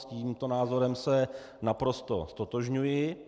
S tímto názorem se naprosto ztotožňuji.